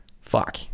Fuck